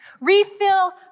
Refill